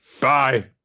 Bye